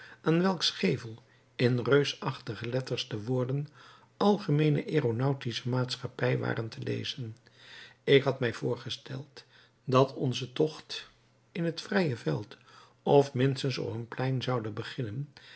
aan welks gevel in reusachtige letters de woorden algemeene aeronautische maatschappij waren te lezen ik had mij voorgesteld dat onze tocht in het vrije veld of minstens op een plein zoude beginnen